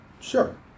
sure